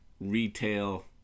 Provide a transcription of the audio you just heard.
retail